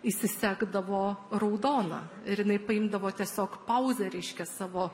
įsisegdavo raudoną ir jinai paimdavo tiesiog pauzę reiškia savo